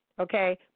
Okay